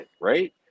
right